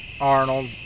Arnold